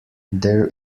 there